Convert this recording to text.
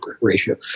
ratio